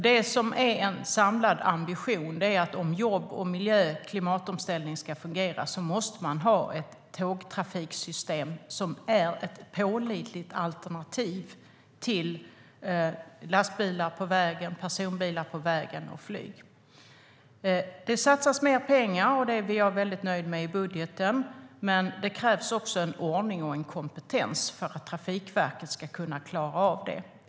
Det som är en samlad ambition är att om jobb, miljö och klimatomställning ska fungera måste vi ha ett tågtrafiksystem som är ett pålitligt alternativ till lastbilar på vägen, personbilar på vägen och flyg. Det satsas mer pengar i budgeten, och det är jag väldigt nöjd med. Men det krävs också ordning och kompetens för att Trafikverket ska klara av det här.